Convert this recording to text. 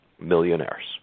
millionaires